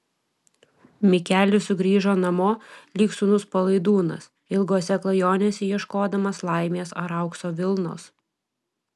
mikelis sugrįžo namo lyg sūnus palaidūnas ilgose klajonėse ieškodamas laimės ar aukso vilnos